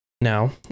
Now